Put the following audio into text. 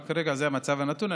כרגע זה המצב הנתון,